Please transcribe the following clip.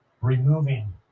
removing